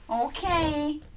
Okay